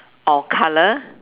or colour